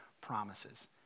promises